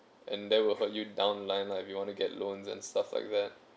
and then will hurt you down the line lah if you want to get loans and stuff like that